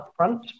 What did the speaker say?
upfront